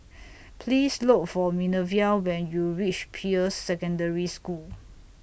Please Look For Minervia when YOU REACH Peirce Secondary School